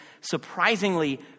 surprisingly